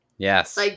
yes